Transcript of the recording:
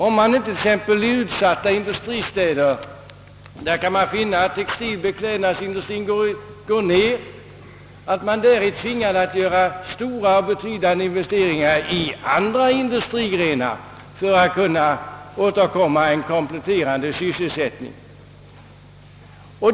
I t.ex. utsatta industriområden, där beklädnadsindustrien går tillbaka, kan man vara tvingad att göra betydande investeringar i andra industrigrenar för att åstadkomma en kompletterande sysselsättning.